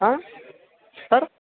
sir